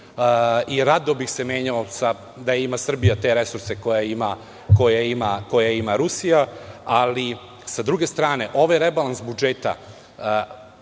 i rado bih se menjao da Srbija ima te resurse koje ima Rusija. S druge strane, ovaj rebalans budžeta